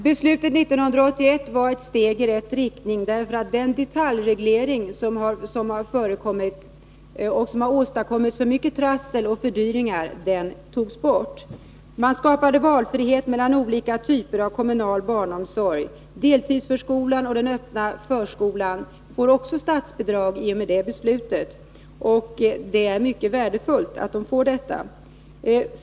Herr talman! Beslutet 1981 var ett steg i rätt riktning därför att den detaljreglering som har förekommit och som åstadkommit så mycket trassel och fördyringar togs bort. Man skapade valfrihet mellan olika typer av kommunal barnomsorg. Deltidsförskolan och den öppna förskolan får statsbidrag i och med det beslutet, och det är mycket värdefullt.